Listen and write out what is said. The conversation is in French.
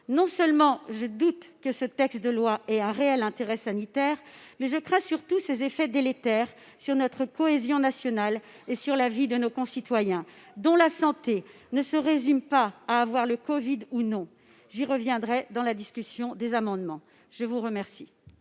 Non seulement je doute que ce projet de loi ait un réel intérêt sanitaire, mais je crains surtout ses effets délétères sur notre cohésion nationale et sur la vie de nos concitoyens, dont la santé ne se résume pas à avoir le covid ou non- j'y reviendrai lors de la discussion des amendements. La parole